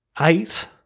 eight